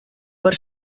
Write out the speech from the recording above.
per